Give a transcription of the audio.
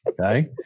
Okay